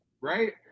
right